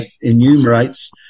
enumerates